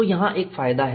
तो यहाँ एक फायदा है